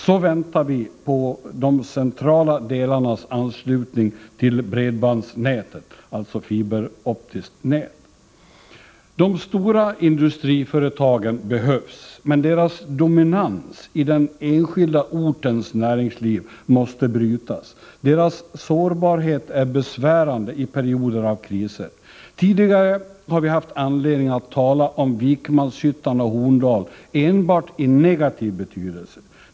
Vi väntar också på de centrala delarnas anslutning till bredbandsnätet, alltså det fiberoptiska nätet. De stora industriföretagen behövs, men deras dominans i den enskilda ortens näringsliv måste brytas. Deras sårbarhet är besvärande i perioder av kriser. Tidigare har vi haft anledning att tala om Vikmanshyttan och Horndal enbart i negativa termer.